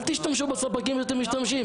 אל תשתמשי בספקים שאת משתמשת.